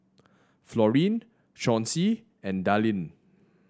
Florine Chauncy and Dallin